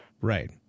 Right